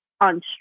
on